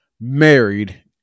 married